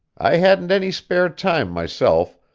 i hadn't any spare time myself,